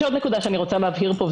יש עוד נקודה שאני רוצה להבהיר פה,